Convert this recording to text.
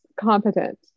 competent